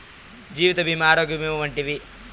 జీవిత భీమా ఆరోగ్య భీమా వంటివి